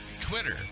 Twitter